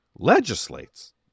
legislates